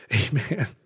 Amen